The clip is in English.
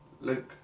Luke